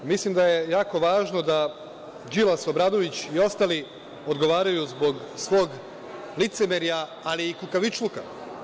Mislim da je jako važno da Đilas, Obradović i ostali odgovaraju zbog svog licemerja ali i kukavičluka.